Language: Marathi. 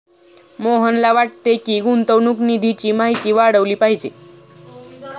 मोहनला वाटते की, गुंतवणूक निधीची माहिती वाढवली पाहिजे